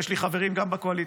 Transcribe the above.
ויש לי חברים גם בקואליציה.